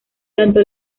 tanto